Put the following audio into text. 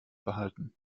behalten